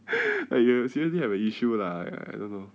!wah! you seriously have an issue lah I don't know